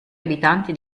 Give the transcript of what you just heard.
abitanti